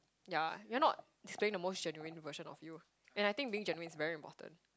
yeah you are not displaying the most genuine version of you and I think being genuine is very important